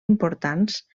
importants